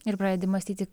ir pradedi mąstyti